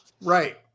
Right